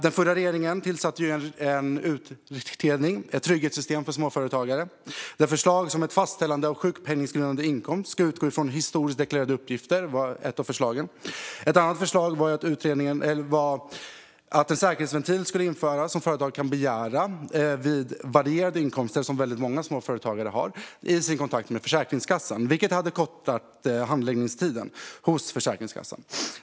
Den förra regeringen tillsatte en utredning som kom med betänkandet Ett förbättrat trygghetssystem för småföretagare . Ett av förslagen var att fastställandet av sjukpenninggrundande inkomst skulle utgå från historiskt deklarerade uppgifter. Ett annat förslag var att en säkerhetsventil skulle införas som företagen kunde begära vid varierade inkomster, vilket många småföretagare har, i sin kontakt med Försäkringskassan - något som hade kortat handläggningstiden hos Försäkringskassan.